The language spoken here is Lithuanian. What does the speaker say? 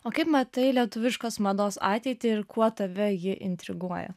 o kaip matai lietuviškos mados ateitį ir kuo tave ji intriguoja